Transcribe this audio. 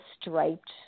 striped